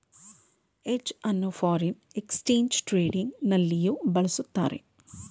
hedge ಅನ್ನು foreign exchange trading ನಲ್ಲಿಯೂ ಬಳಸುತ್ತಾರೆ